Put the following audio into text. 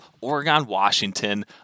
Oregon-Washington